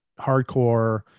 hardcore